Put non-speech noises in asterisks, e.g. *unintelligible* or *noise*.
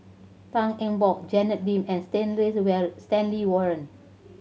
Tan Eng Bock Janet Lim and *unintelligible* Stanley Warren